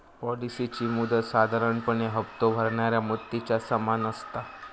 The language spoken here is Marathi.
पॉलिसीची मुदत साधारणपणे हप्तो भरणाऱ्या मुदतीच्या समान असता